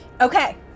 okay